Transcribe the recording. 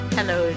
Hello